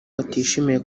batishimiye